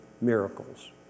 miracles